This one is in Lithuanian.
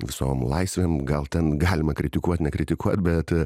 visom laisvėm gal ten galima kritikuot nekritikuot bet